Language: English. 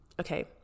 okay